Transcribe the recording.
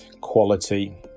quality